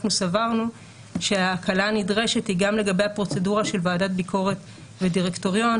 סברנו שההקלה הנדרשת היא גם לגבי הפרוצדורה של ועדת ביקורת ודירקטוריון,